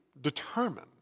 determine